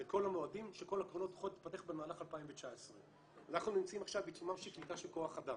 את כל המועדים שכל הקרנות הולכות להיפתח במהלך 2019. אנחנו נמצאים עכשיו בעיצומה של קליטה של כוח אדם.